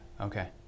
okay